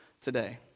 today